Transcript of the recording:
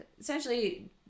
essentially